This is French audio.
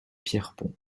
pierrepont